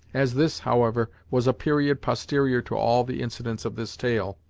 as this, however, was a period posterior to all the incidents of this tale,